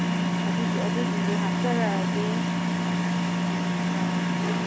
ꯑꯣ ꯑꯗꯨꯗꯨꯁꯨ ꯍꯥꯞꯆꯔꯛꯑꯒꯦ ꯀꯦ ꯖꯤ ꯀꯦ ꯖꯤ